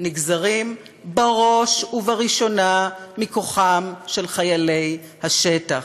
נגזרת בראש ובראשונה מכוחם של חיילי השטח,